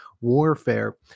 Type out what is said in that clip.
warfare